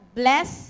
bless